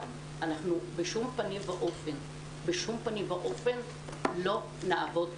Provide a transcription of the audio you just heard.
שאנחנו בשום פנים ואופן לא נעבוד חינם.